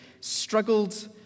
struggled